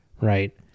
right